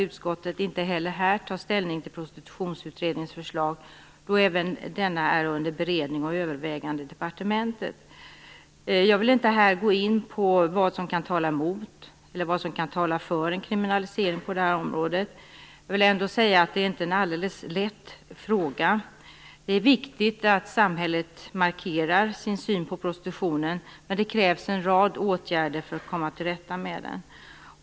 Utskottet tar inte ställning till Prostitutionsutredningens förslag, då även dessa är under beredning och övervägande i departementet. Jag vill därför inte här gå in på vad som kan tala mot eller för en kriminalisering på det här området. Jag vill ändå säga att det inte är en alldeles lätt fråga. Det är viktigt att samhället markerar sin syn på prostitutionen, men det krävs en rad åtgärder för att komma till rätta med den.